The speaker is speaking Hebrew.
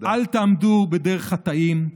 אל תעמדו בדרך חטאים,